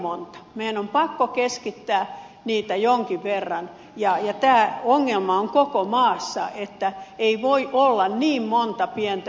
meidän on pakko keskittää niitä jonkin verran ja tämä ongelma on koko maassa että ei voi olla niin monta pientä yksikköä